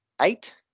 eight